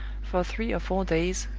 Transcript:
for three or four days,